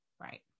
right